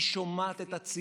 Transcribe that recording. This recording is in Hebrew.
היא שומעת את הציבור,